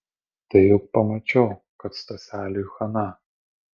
tai juk pamačiau kad staseliui chaną